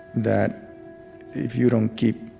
that if you don't keep